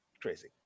crazy